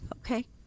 okay